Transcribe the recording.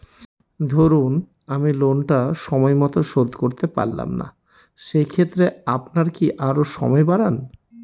ধরুন আমি লোনটা সময় মত শোধ করতে পারলাম না সেক্ষেত্রে আপনার কি আরো সময় বাড়ান?